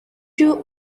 you